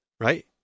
Right